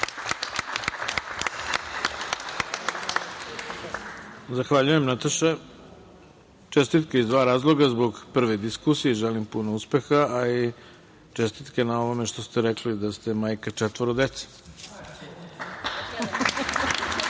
Zahvaljujem, Nataša. Čestitke iz dva razloga, zbog prve diskusije i želim puno uspeha, a i čestitke na ovome što ste rekli da ste majka četvoro dece. Reč